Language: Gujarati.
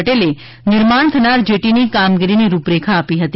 પટેલે નિર્માણ થનાર જેટી ની કામગીરી ની રૂપરેખા આપી હતી